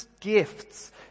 gifts